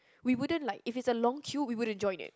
we wouldn't like if it's a long queue we wouldn't join it